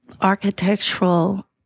architectural